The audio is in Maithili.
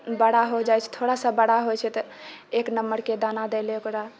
बड़ा हो जाइ छै थोड़ा सा बड़ा होइ छै तऽ एक नम्मरके दाना दै लअ ओकरा